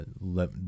let